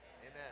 Amen